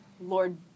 Lord